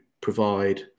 provide